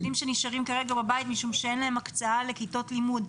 יש תלמידים שנשארים כרגע בבית משום שאין להם הקצאה לכיתות לימוד.